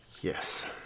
yes